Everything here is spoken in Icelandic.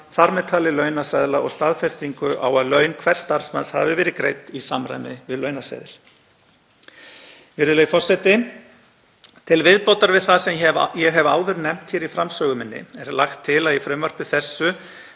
þar með talið launaseðla og staðfestingu á að laun hvers starfsmanns hafi verið greidd í samræmi við launaseðil.